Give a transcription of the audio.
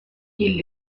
ils